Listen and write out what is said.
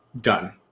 done